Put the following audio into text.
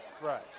Right